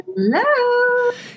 Hello